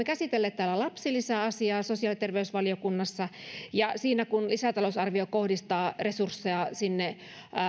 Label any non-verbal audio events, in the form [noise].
[unintelligible] käsitelleet lapsilisäasiaa sosiaali ja terveysvaliokunnassa ja kun lisätalousarvio kohdistaa resursseja sinne